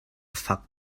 faak